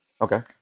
okay